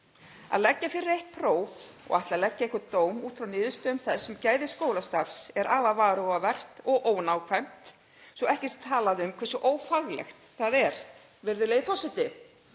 Að leggja fyrir eitt próf og ætla að leggja einhvern dóm út frá niðurstöðum þess um gæði skólastarfs er afar varhugavert og ónákvæmt svo ekki sé talað um hversu ófaglegt það er, virðulegi forseti.